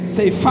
Say